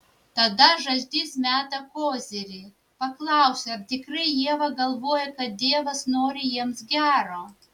tada žaltys meta kozirį paklausia ar tikrai ieva galvoja kad dievas nori jiems gero